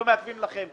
לא מעכבים לכם,